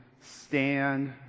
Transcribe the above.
stand